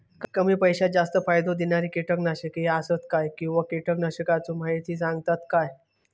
कमी पैशात जास्त फायदो दिणारी किटकनाशके आसत काय किंवा कीटकनाशकाचो माहिती सांगतात काय?